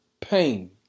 pain